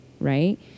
right